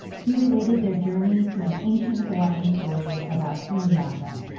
he related their journey to an ancient hawaiian story about hi'iaka,